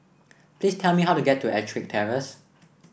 please tell me how to get to EttricK Terrace